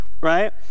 right